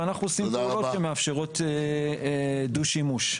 ואנחנו עושים פעולות שמאפשרות דו שימוש.